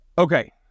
Okay